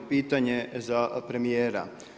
Pitanje za premijera.